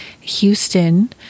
Houston